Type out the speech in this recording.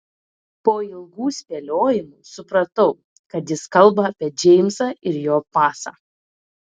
po ilgų spėliojimų supratau kad jis kalba apie džeimsą ir jo pasą